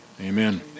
amen